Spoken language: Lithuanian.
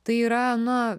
tai yra na